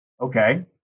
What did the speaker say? Okay